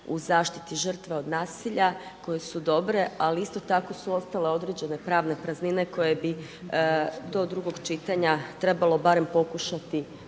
u zaštiti žrtve od nasilja koje su dobre ali isto tako su ostale određene pravne praznine koje bi do drugog čitanja trebalo barem pokušati